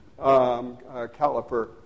caliper